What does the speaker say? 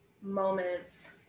moments